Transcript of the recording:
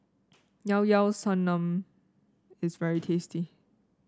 Llao Llao Sanum is very tasty